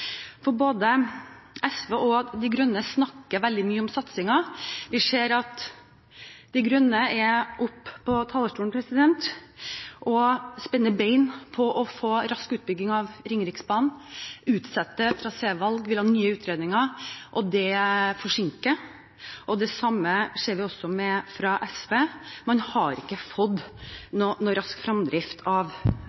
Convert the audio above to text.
dag. Både SV og Miljøpartiet De Grønne snakker veldig mye om satsingen. Vi ser at Miljøpartiet De Grønne er oppe på talerstolen og spenner bein under det å få en rask utbygging av Ringeriksbanen, utsette trasévalg, vil ha nye utredninger, og det forsinker. Det samme ser vi fra SV, man har ikke fått til noen rask framdrift i planlegging og utbygging av